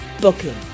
Booking